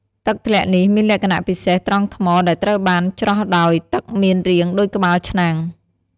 ទឹកធ្លាក់នេះមានលក្ខណៈពិសេសត្រង់ថ្មដែលត្រូវបានច្រោះដោយទឹកមានរាងដូចក្បាលឆ្នាំង។